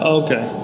okay